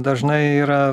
dažnai yra